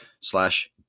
slash